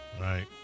Right